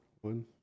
one